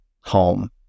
home